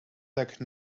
like